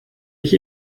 ich